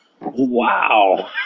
Wow